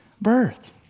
birth